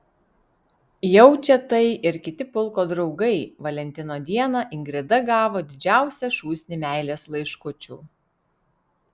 jaučia tai ir kiti pulko draugai valentino dieną ingrida gavo didžiausią šūsnį meilės laiškučių